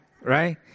right